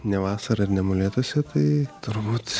ne vasarą ir ne molėtuose tai turbūt